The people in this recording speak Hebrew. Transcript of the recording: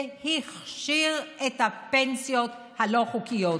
והכשיר את הפנסיות הלא-חוקיות.